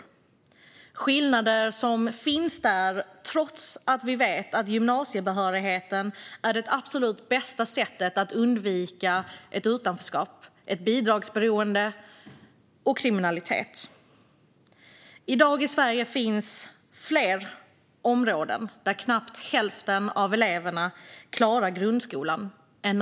Det är skillnader som finns där trots att vi vet att gymnasiebehörigheten är det absolut bästa sättet att undvika utanförskap, bidragsberoende och kriminalitet. I dag finns fler områden än någonsin förut där knappt hälften av eleverna klarar grundskolan.